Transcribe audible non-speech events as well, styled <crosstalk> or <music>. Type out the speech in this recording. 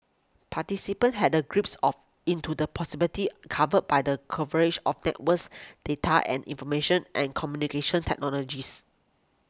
participants had a <unintelligible> of into the possible tea cover by the converge of networks data and information and communication technologies